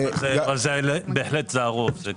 זה הרוב.